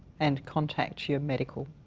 and contact your medical